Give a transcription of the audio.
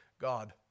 God